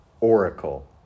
oracle